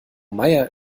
maier